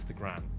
Instagram